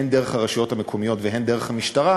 הן דרך הרשויות המקומיות והן דרך המשטרה,